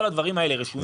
כל הדברים האלה רשומים.